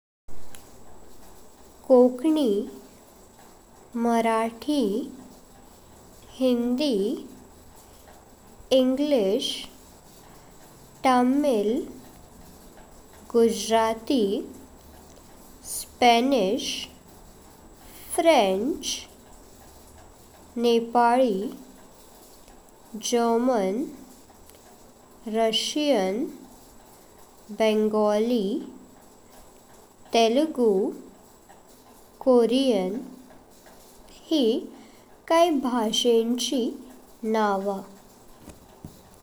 Konkani, Marathi, Hindi, English, Tamil, Gujarati, Spanish, French, Nepali, German, Russian, Bengali, Telugu, Korean हे काई भाषेंची नांव।